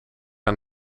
aan